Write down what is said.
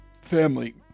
family